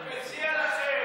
אתה מציע שאנחנו נסתפק?